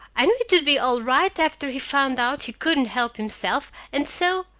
i knew it would be all right after he found out he couldn't help himself, and so